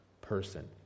person